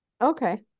Okay